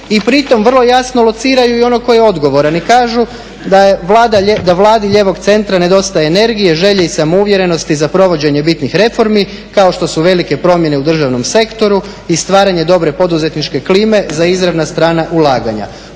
i pritom vrlo jasno lociraju i onog tko je odgovaran i kažu da Vladi lijevog centra nedostaje energije, želje i samouvjerenosti za provođenje bitnih reformi kao što su velike promjene u državnom sektoru i stvaranje dobre poduzetničke klime za izravna strana ulaganja.